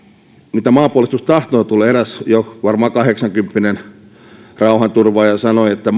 mitä maanpuolustustahtoon tulee eräs jo varmaan kahdeksankymppinen rauhanturvaaja sanoi että